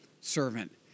servant